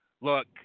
look